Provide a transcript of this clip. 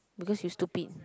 because you stupid